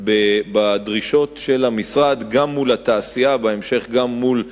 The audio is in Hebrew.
בדרישות של המשרד, גם מול התעשייה,